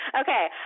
Okay